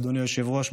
אדוני היושב-ראש,